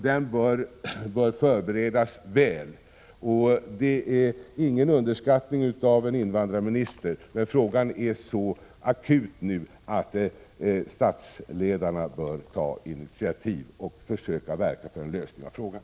Den bör förberedas väl. Det rör sig inte om någon underskattning av någon invandrarminister, men frågan är nu så akut att regeringschefer bör ta initiativ och försöka verka för en lösning av den.